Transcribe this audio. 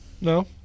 No